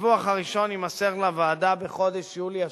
הדיווח הראשון יימסר לוועדה בחודש יולי השנה.